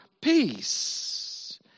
peace